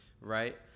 Right